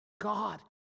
God